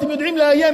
אתם יודעים לאיים,